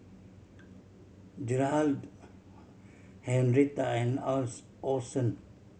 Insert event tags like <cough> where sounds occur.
Gerhardt <noise> Henretta and Orson